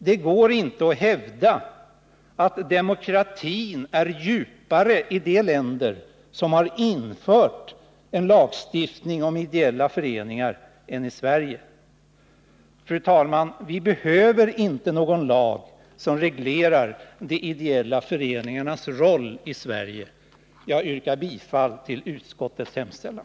Det går inte att hävda att demokratin är djupare i de länder som har infört lagstiftning om ideella föreningar än den är i Sverige. Fru talman! Vi behöver inte någon lag som reglerar de ideella föreningarnas roll i Sverige. Jag yrkar bifall till utskottets hemställan.